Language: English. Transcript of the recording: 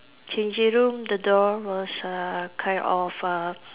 changing room the door was uh kind of uh